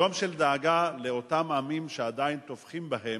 יום של דאגה לאותם עמים שעדיין טובחים בהם,